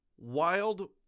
Wild